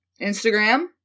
Instagram